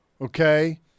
okay